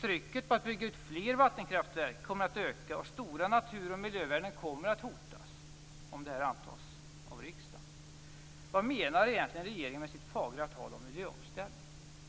Trycket på att bygga ut fler vattenkraftverk kommer att öka och stora natur och miljövärden kommer att hotas om det här antas av riksdagen. Vad menar egentligen regeringen med sitt fagra tal om miljöomställning?